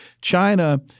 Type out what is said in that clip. China